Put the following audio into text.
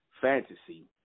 fantasy